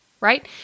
right